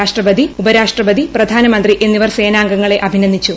രാഷ്ട്രപതി ഉപരാഷ്ട്രപതി പ്രധാനമന്തി എന്നിവർസേനാംഗങ്ങളെഅഭിനന്ദിച്ചു